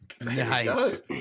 Nice